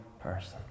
person